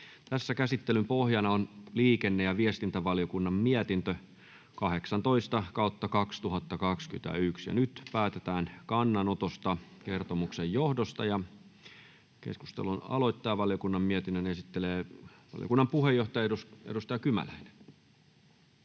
asia. Käsittelyn pohjana on liikenne- ja viestintävaliokunnan mietintö LiVM 18/2021 vp. Nyt päätetään kannanotosta kertomuksen johdosta. — Keskustelun aloittaa ja valiokunnan mietinnön esittelee valiokunnan puheenjohtaja, edustaja Kymäläinen.